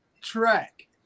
track